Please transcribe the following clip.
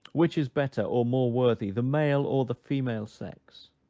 which is better, or more worthy, the male or the female sex?